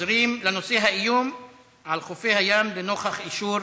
עוברים לנושא: האיום על חופי הים לנוכח אישור